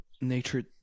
nature